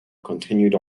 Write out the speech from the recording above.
continued